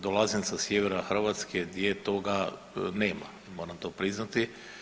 Dolazim sa sjevera Hrvatske gdje toga nema, moram to priznati.